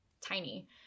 tiny